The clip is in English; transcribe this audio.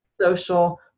social